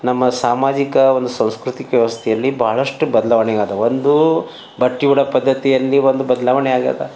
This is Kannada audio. ನಮ್ಮ ಸಾಮಾಜಿಕ ಒಂದು ಸಾಂಸ್ಕೃತಿಕ ವ್ಯವಸ್ಥೆಯಲ್ಲಿ ಬಹಳಷ್ಟು ಬದಲಾವಣೆ ಆದವು ಒಂದು ಬಟ್ಟೆ ಉಡೋ ಪದ್ಧತಿಯಲ್ಲಿ ಒಂದು ಬದ್ಲಾವಣೆ ಆಗ್ಯದ